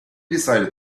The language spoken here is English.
decided